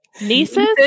Nieces